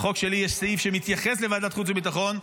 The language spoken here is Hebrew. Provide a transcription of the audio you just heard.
בחוק שלי יש סעיף שמתייחס לוועדת החוץ והביטחון,